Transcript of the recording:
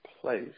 place